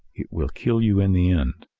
it will kill you in the end.